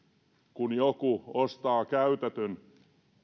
kun joku ostaa käytetyn